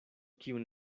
kiun